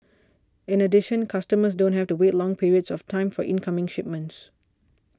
in addition customers don't have to wait long periods of time for incoming shipments